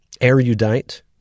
erudite